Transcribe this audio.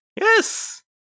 Yes